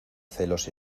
celos